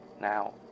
Now